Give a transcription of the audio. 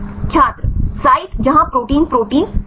छात्र साइट जहां protein protein